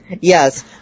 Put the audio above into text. Yes